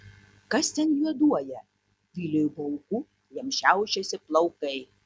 kas ten juoduoja viliui baugu jam šiaušiasi plaukai